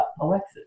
Alexis